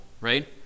right